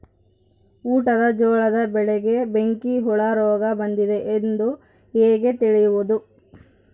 ಊಟದ ಜೋಳದ ಬೆಳೆಗೆ ಬೆಂಕಿ ಹುಳ ರೋಗ ಬಂದಿದೆ ಎಂದು ಹೇಗೆ ತಿಳಿಯುವುದು?